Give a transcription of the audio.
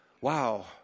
wow